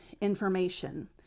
information